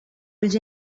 ulls